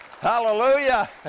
Hallelujah